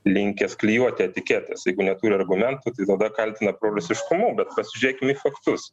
linkęs klijuoti etiketes jeigu neturi argumentų tai tada kaltina prorusiškumu bet pasižiūrėkim į faktus